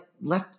let